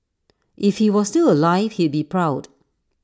if he was still alive he'd be proud